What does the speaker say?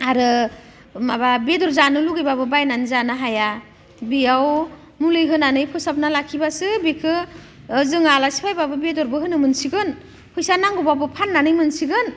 आरो माबा बेदर जानो लुगैबाबो बायनानै जानो हाया बेयाव मुलि होनानै फोसाबना लाखिबासो बेखौ जोङो आलासि फैबाबो बेदरबो होनो मोनसिगोन फैसा नांगौबाबो फाननानै मोनसिगोन